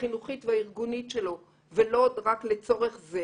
החינוכית והארגונית שלו ולא רק לצורך זה.